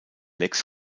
lex